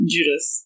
Judas